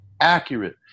accurate